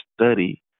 study